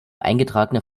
eingetragene